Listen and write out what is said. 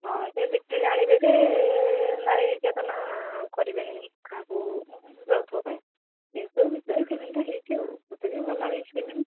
ହଁ ସେ ଦେଖିଲେ ଜାଣିବେ ଯେ ନାରୀ ନିର୍ଯାତନା କରିବେନି କାହାକୁ ଯୌତୁକ ପାଇଁ ଏସବୁ ବିଷୟରେ ଫିଲ୍ମଟା ହେଇଛି ଆଉ ବହୁତ ବି ଭଲ ହେଇଛି ଫିଲ୍ମ